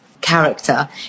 character